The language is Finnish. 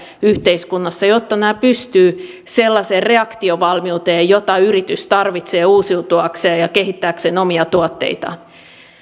yhteiskunnassa jotta he pystyvät sellaiseen reaktiovalmiuteen jota yritys tarvitsee uusiutuakseen ja kehittääkseen omia tuotteitaan